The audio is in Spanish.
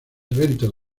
eventos